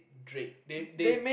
Drake they they